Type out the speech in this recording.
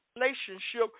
relationship